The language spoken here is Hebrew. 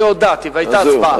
אני הודעתי והיתה הצבעה.